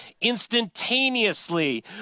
instantaneously